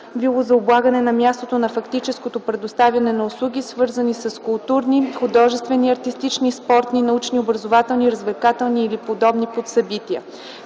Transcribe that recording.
правило за облагане по мястото на фактическото предоставяне на услуги, свързани с културни, художествени, артистични, спортни, научни, образователни, развлекателни или подобни събития.